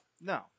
No